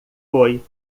foi